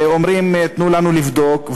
ואומרים: תנו לנו לבדוק,